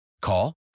Call